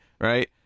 right